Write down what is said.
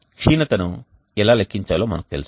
క్షీణతను ఎలా లెక్కించాలో మనకు తెలుసు